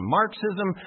marxism